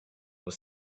was